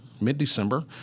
mid-December